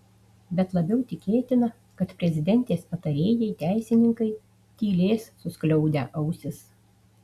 bet labiau tikėtina kad prezidentės patarėjai teisininkai tylės suskliaudę ausis